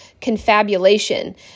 confabulation